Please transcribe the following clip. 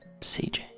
CJ